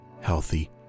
healthy